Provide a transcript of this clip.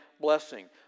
blessing